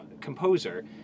composer